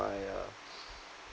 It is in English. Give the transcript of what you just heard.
my uh